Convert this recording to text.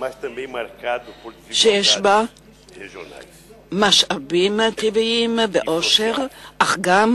שיש בה משאבים טבעיים ועושר, אך גם